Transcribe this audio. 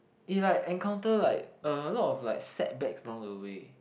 he like encounter like a a lot of like set back along the way